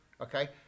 Okay